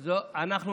זה מה שעשינו.